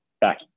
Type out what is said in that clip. back